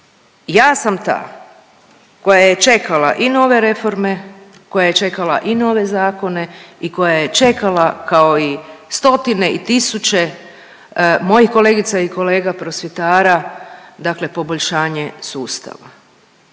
ja sam ta koja je čekala i nove reforme, koja je čekala i nove zakone i koja je čekala, kao i stotine i tisuće mojih kolegica i kolega prosvjetara, dakle poboljšanje sustava.